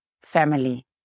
family